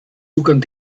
zugang